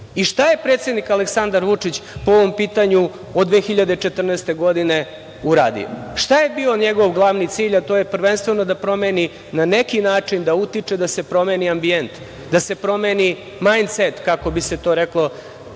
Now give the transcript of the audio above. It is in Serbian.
šta je predsednik Aleksandar Vučić po ovom pitanju od 2014. godine uradio? Šta je bio njegov glavni cilj? To je prvenstveno da promeni, na neki način da utiče da se promeni ambijent, da se promeni majndset, kako bi se to reklo,